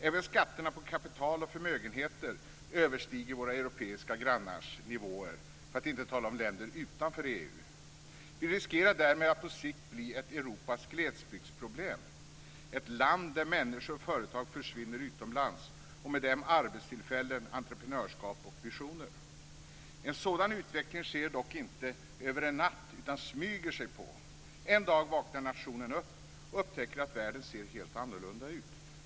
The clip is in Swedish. Även skatterna på kapital och förmögenheter överstiger våra europeiska grannars nivåer, för att inte tala om länder utanför EU. Vi riskerar därmed på sikt att bli ett Europas glesbygdsproblem, ett land där människor och företag försvinner utomlands och med dem arbetstillfällen, entreprenörskap och visioner. En sådan utveckling sker dock inte över en natt utan smyger sig på. En dag vaknar nationen upp och upptäcker att världen ser helt annorlunda ut.